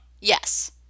Yes